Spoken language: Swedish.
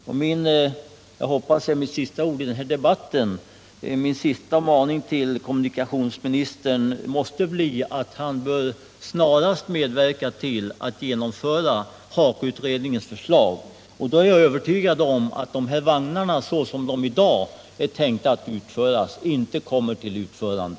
Min sista maning till kommunikationsministern — jag hoppas att det också blir mina sista ord i den här debatten — måste bli att han snarast bör medverka till att genomföra HA KO-utredningens förslag. Då är jag övertygad om att de här vagnarna, såsom de i dag är tänkta att utföras, inte kommer till utförande.